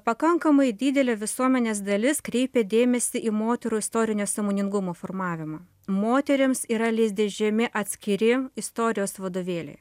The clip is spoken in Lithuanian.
pakankamai didelė visuomenės dalis kreipė dėmesį į moterų istorinio sąmoningumo formavimą moterims yra leisdežemi atskiri istorijos vadovėliai